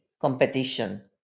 competition